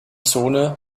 zone